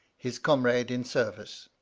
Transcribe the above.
his comrade in service.